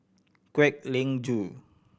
Kwek Leng Joo